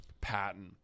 Patton